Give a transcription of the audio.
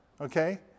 okay